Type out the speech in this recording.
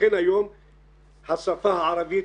לכן היום השפה הערבית